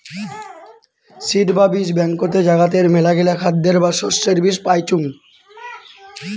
seed বা বীজ ব্যাংকতে জাগাতের মেলাগিলা খাদ্যের বা শস্যের বীজ পাইচুঙ